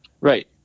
Right